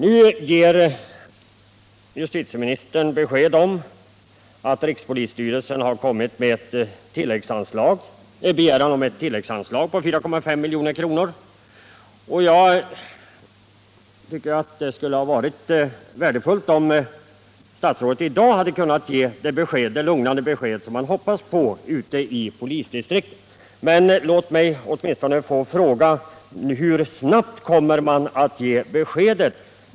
Nu ger justitieministern besked om att rikspolisstyrelsen har inkommit till regeringen med begäran om ett tilläggsanslag på 4,5 milj.kr. Jag tycker att det skulle ha varit värdefullt om statsrådet i dag hade kunnat ge det lugnande besked som man hoppas på ute i polisdistrikten. Men låt mig åtminstone få fråga: Hur snabbt kommer det beskedet att ges?